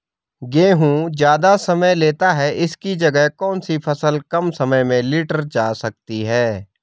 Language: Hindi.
गेहूँ ज़्यादा समय लेता है इसकी जगह कौन सी फसल कम समय में लीटर जा सकती है?